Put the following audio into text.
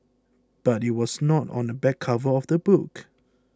but it was not on the back cover of the book